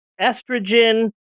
estrogen